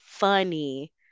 Funny